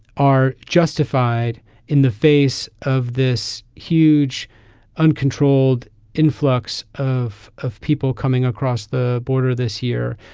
are justified in the face of this huge uncontrolled influx of of people coming across the border this year.